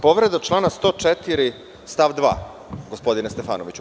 Povreda člana 104. stav 2, gospodine Stefanoviću.